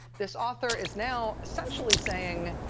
this author is now essentially saying